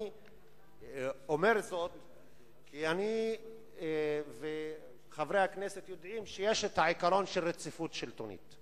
אני אומר זאת כי אני וחברי הכנסת יודעים שיש עיקרון של רציפות שלטונית.